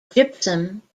gypsum